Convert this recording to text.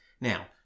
Now